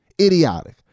idiotic